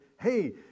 Hey